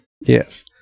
Yes